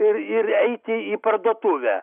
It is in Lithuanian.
ir ir eiti į parduotuvę